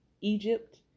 Egypt